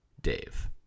Dave